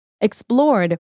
explored